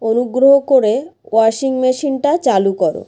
অনুগ্রহ করে ওয়াশিং মেশিনটা চালু কর